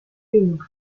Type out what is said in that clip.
linux